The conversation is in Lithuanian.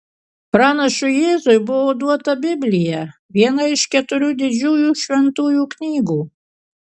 pranašui jėzui buvo duota biblija viena iš keturių didžiųjų šventųjų knygų